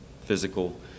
physical